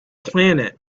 planet